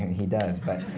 he does, but